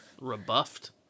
Rebuffed